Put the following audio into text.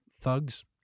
thugs